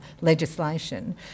legislation